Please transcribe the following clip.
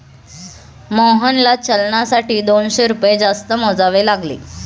मोहनला चलनासाठी दोनशे रुपये जास्त मोजावे लागले